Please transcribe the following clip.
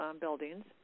buildings